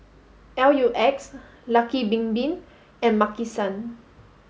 L U X Lucky Bin Bin and Maki San